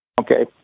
Okay